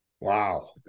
Wow